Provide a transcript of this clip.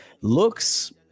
looks